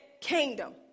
kingdom